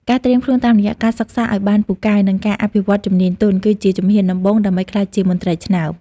ការត្រៀមខ្លួនតាមរយៈការសិក្សាឱ្យបានពូកែ និងការអភិវឌ្ឍជំនាញទន់ គឺជាជំហានដំបូងដើម្បីក្លាយជាមន្ត្រីឆ្នើម។